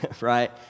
right